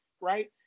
right